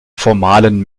formalen